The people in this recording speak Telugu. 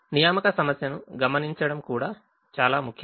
అసైన్మెంట్ సమస్యను గమనించడం కూడా చాలా ముఖ్యం